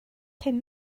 hyn